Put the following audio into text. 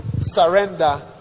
surrender